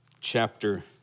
chapter